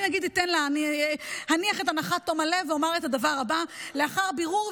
אני אניח את הנחת תום הלב ואומר את הדבר הבא: לאחר בירור,